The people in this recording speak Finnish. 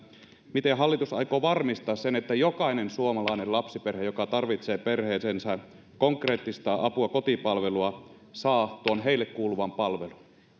miten hallitus aikoo varmistaa sen että jokainen suomalainen lapsiperhe joka tarvitsee perheeseensä konkreettista apua kotipalvelua saa tuon heille kuuluvan palvelun